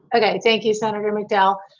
okay, thank you, senator mcdowell.